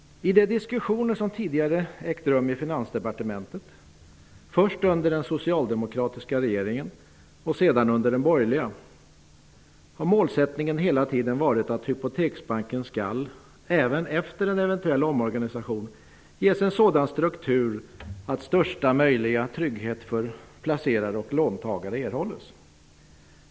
I de diskussioner som tidigare ägt rum i Finansdepartementet -- först under den socialdemokratiska regeringen och sedan under den borgerliga -- har målsättningen hela tiden varit att Hypoteksbanken skall, även efter en eventuell omorganisation, ges en sådan struktur att största möjliga trygghet för placerare och låntagare erhålls.